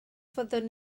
fyddwn